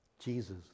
jesus